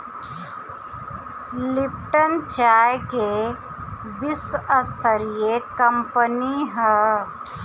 Lipton चाय के विश्वस्तरीय कंपनी हअ